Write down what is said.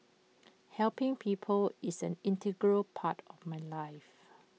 helping people is an integral part of my life